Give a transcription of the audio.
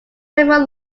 several